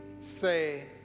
say